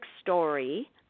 story